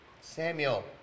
Samuel